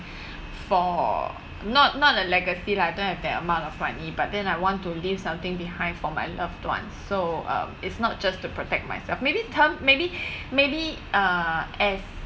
for not not a legacy lah I don't have that amount of money but then I want to leave something behind for my loved ones so um it's not just to protect myself maybe term maybe maybe uh as